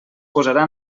posarà